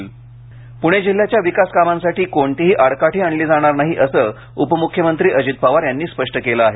प्णे जिल्ह्याच्या विकास कामांसाठी कोणतीही आडकाठी आणली जाणार नाही असं उपमुख्यमंत्री अजित पवार यांनी स्पष्ट केलं आहे